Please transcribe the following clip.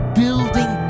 building